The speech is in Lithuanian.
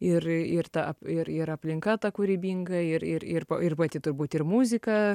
ir ir ta ir ir aplinka ta kūrybinga ir ir ir ir pati turbūt ir muzika